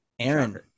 Aaron